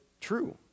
true